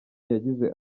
yagize